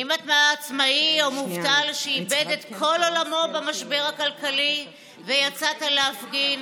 אם אתה עצמאי או מובטל שאיבד את כל עולמו במשבר הכלכלי ויצאת להפגין,